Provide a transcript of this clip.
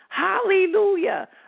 Hallelujah